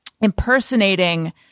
impersonating